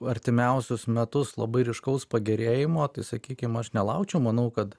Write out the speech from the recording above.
artimiausius metus labai ryškaus pagerėjimo tai sakykim aš nelaukčiau manau kad